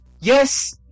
yes